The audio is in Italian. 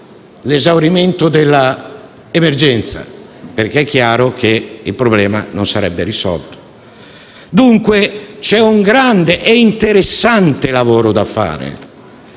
all'esaurimento dell'emergenza», perché è chiaro che il problema non sarà risolto. Dunque, c'è un grande e interessante lavoro da fare,